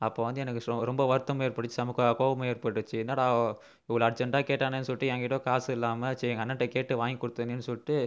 அப்போ வந்து எனக்கு ரொம்ப வருத்தம் ஏற்பட்டுச்சு செம்மை கோவமும் ஏற்பட்டுச்சு என்னாடா இவ்வளோ அர்ஜென்ட்டாக கேட்டானேன்னு சொல்லிவிட்டு என்கிட்ட காசு இல்லாமல் சரி எங்கள் அண்ணன்கிட்ட கேட்டு வாங்கிக் கொடுத்தானேன்னு சொல்லிட்டு